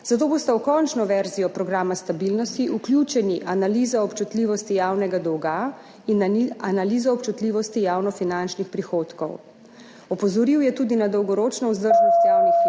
zato bosta v končno verzijo programa stabilnosti vključeni analizo občutljivosti javnega dolga in na analizo občutljivosti javnofinančnih prihodkov. Opozoril je tudi na dolgoročno vzdržnost javnih financ,